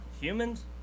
Humans